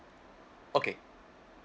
okay